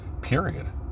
period